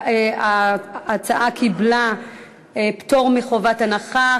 ההצעה קיבלה פטור מחובת הנחה.